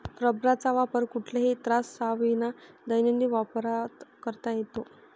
रबराचा वापर कुठल्याही त्राससाविना दैनंदिन वापरात करता येतो